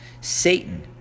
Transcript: Satan